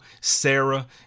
Sarah